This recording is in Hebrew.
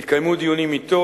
התקיימו דיונים אתו,